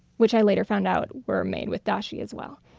which i later found out were made with dashi as well.